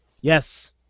Yes